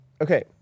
okay